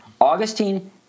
Augustine